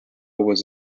was